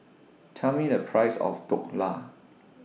Tell Me The Price of Dhokla